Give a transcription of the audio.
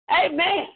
amen